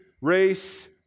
race